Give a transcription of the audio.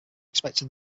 expecting